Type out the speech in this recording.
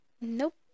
Nope